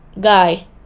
guy